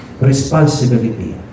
Responsibility